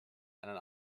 einen